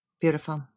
Beautiful